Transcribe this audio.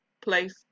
place